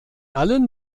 allen